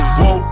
Whoa